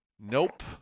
Nope